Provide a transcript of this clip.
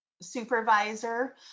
supervisor